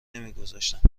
نمیگذاشتند